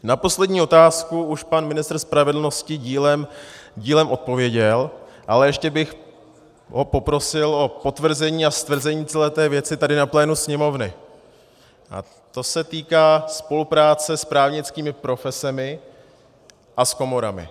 Na poslední otázku už pan ministr spravedlnosti dílem odpověděl, ale ještě bych ho poprosil o potvrzení a stvrzení celé té věci tady na plénu Sněmovny, a to se týká spolupráce s právnickými profesemi a s komorami.